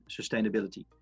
sustainability